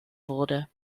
wurde